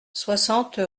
soixante